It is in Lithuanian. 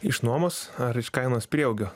iš nuomos ar iš kainos prieaugio